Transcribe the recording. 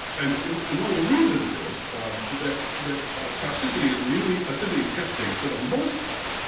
and and and one of the reasons is that that toxicity is really toxicity testing, for the most part,